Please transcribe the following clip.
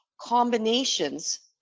combinations